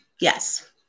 Yes